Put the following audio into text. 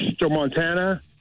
Montana